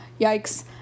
yikes